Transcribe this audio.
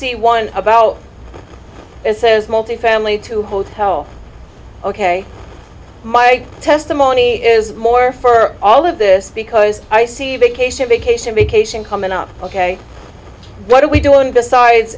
the one about it says multifamily to hotel ok my testimony is more for all of this because i see vacation vacation be cation coming up ok what are we doing besides